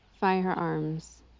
firearms